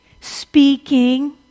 speaking